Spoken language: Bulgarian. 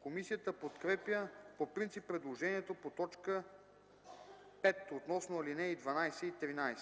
Комисията подкрепя по принцип предложението по т. 5 относно алинеи 12 и 13.